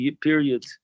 period